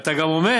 אתה גם אומר,